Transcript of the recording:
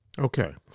Okay